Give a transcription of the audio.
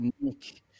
Nick